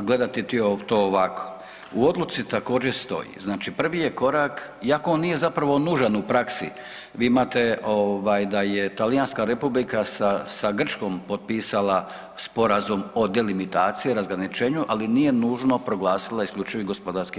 gledati to ovako, u odluci također stoji, znači prvi je korak, iako on nije zapravo nužan u praksi, vi imate ovaj da je Talijanska Republika sa, sa Grčkom potpisala Sporazum o delimitaciji, razgraničenju, ali nije nužno proglasila IGP.